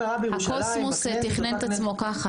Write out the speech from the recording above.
הקוסמוס תכנן את עצמו ככה.